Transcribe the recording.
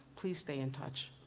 please stay in touch.